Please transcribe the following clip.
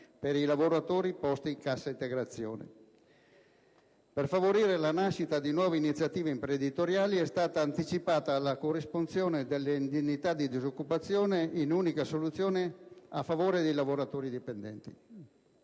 per i lavoratori posti in cassa integrazione. Per favorire la nascita di nuove iniziative imprenditoriali è stata anticipata la corresponsione delle indennità di disoccupazione in un'unica soluzione a favore dei lavoratori dipendenti.